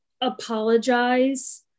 apologize